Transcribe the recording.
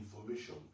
information